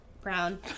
Brown